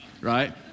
right